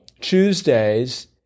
Tuesdays